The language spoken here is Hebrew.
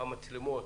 והמצלמות,